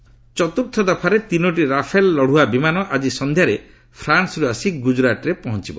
Rafale ଚତୁର୍ଥ ଦଫାରେ ତିନୋଟି ରାଫେଲ ଲଢ଼ୁଆ ବିମାନ ଆଜି ସନ୍ଧ୍ୟାରେ ଫ୍ରାନ୍ନରୁ ଆସି ଗୁଜରାଟରେ ପହଞ୍ଚବ